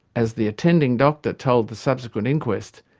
as the attending doctor told the subsequent inquest,